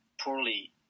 poorly